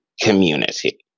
community